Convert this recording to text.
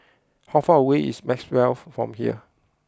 how far away is Maxwell from here